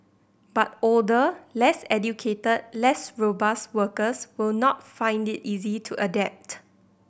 but older less educated less robust workers will not find it easy to adapt